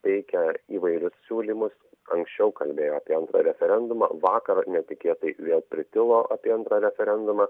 teikia įvairius siūlymus anksčiau kalbėjo apie antrą referendumą vakar netikėtai vėl pritilo apie antrą referendumą